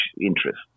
interest